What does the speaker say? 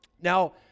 Now